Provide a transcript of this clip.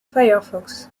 firefox